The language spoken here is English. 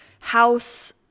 house